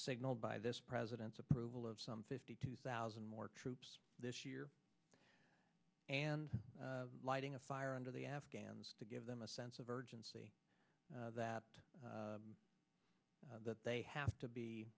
signaled by this president's approval of some fifty two thousand more troops this year and lighting a fire under the afghans to give them a sense of urgency that that they have to be